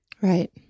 Right